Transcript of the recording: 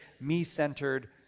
me-centered